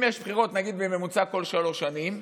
אם יש בחירות בממוצע כל שלוש שנים,